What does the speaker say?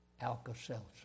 Alka-Seltzer